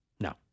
no